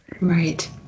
Right